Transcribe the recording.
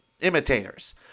imitators